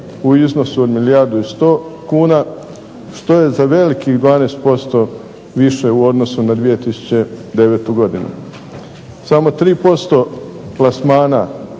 u iznosu od milijardu i 100 kuna što je za velikih 12% više u odnosu na 2009. godinu. Samo 3% plasmana